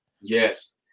Yes